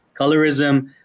colorism